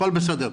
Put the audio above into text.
הכול בסדר,